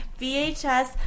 VHS